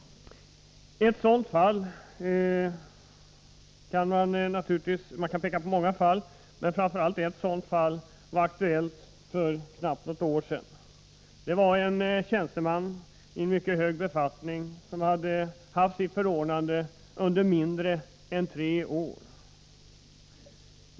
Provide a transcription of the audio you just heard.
Man kan peka på många fall, men speciellt ett sådant fall var aktuellt för knappt ett år sedan. Det var en tjänsteman i en mycket hög befattning som hade haft sitt förordnande under mindre än tre år.